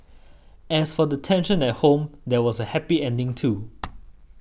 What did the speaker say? as for the tension at home there was a happy ending too